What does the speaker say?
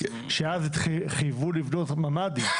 שאז חייבו לבנות ממ"דים.